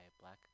black